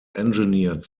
engineered